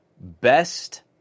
best